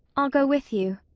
i'll go with you.